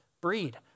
breed